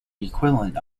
equivalent